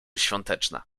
świąteczna